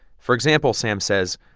for example, sam says,